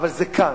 אבל זה כאן.